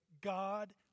God